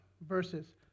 verses